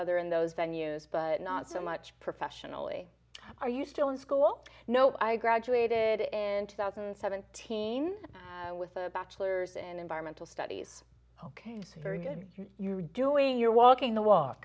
other in those the news but not so much professionally are you still in school no i graduated in two thousand and seventeen with a bachelor's in environmental studies ok very good you're doing your walking the walk